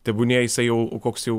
tebūnie jisai jau koks jau